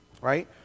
Right